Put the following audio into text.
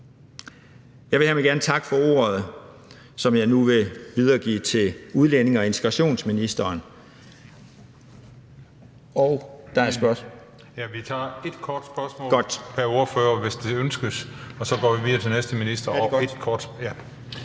Jeg vil hermed gerne takke for ordet, som jeg nu vil videregive til udlændinge- og integrationsministeren. Kl. 21:48 Den fg. formand (Christian Juhl): Vi tager en kort bemærkning pr. ordfører, hvis det ønskes, og så går vi videre til den næste minister.